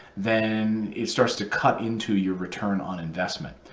then it starts to cut into your return on investment.